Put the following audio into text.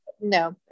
No